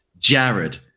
Jared